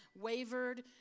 wavered